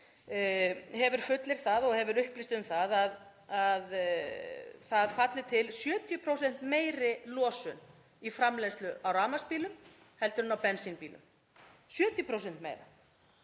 hafi fullyrt það og upplýst um að það falli til 70% meiri losun í framleiðslu á rafmagnsbílum heldur en á bensínbílum, 70% meira.